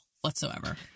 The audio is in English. whatsoever